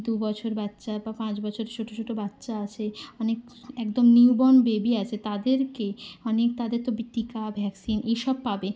দু বছর বাচ্চা বা পাঁচ বছর ছোটো ছোটো বাচ্চা আছে অনেক একদম নিউ বর্ন বেবি আছে তাদেরকে অনেক তাদের তবে টিকা ভ্যাকসিন এসব পাবে